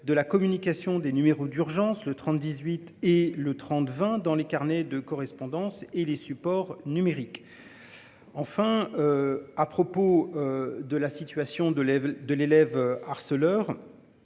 de la communication des numéros d'urgence le 30 18 et le 30 20 dans les carnets de correspondance et les supports numériques. Enfin. À propos. De la situation de l'de l'élève harceleur.